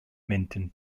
minton